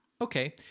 Okay